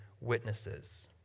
witnesses